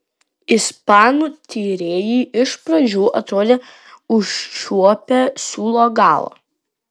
ispanų tyrėjai iš pradžių atrodė užčiuopę siūlo galą